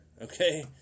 okay